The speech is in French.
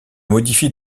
modifient